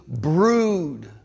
brood